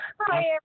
Hi